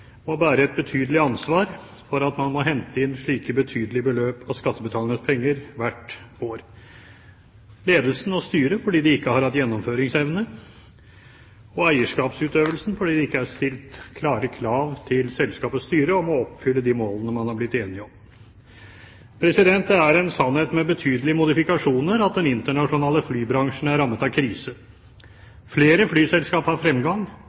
må bære et betydelig ansvar for at man må hente inn slike betydelige beløp av skattebetalernes penger hvert år – ledelsen og styret fordi de ikke har hatt gjennomføringsevne, og eierne gjennom eierskapsutøvelsen fordi de ikke har stilt klare krav til selskapets styre om å oppfylle de målene man har blitt enige om. Det er en sannhet med betydelige modifikasjoner at den internasjonale flybransjen er rammet av krise. Flere flyselskap har fremgang,